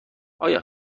آیا